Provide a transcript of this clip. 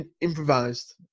improvised